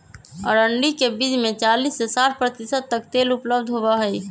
अरंडी के बीज में चालीस से साठ प्रतिशत तक तेल उपलब्ध होबा हई